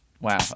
Wow